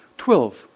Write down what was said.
Twelve